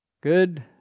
good